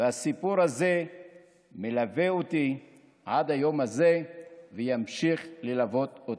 והסיפור הזה מלווה אותי עד היום הזה וימשיך ללוות אותי.